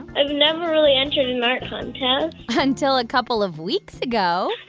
i've never really entered an art contest until a couple of weeks ago.